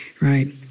right